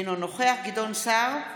אינו נוכח גדעון סער,